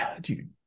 Dude